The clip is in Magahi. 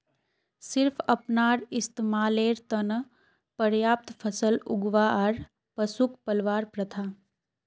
सिर्फ अपनार इस्तमालेर त न पर्याप्त फसल उगव्वा आर पशुक पलवार प्रथा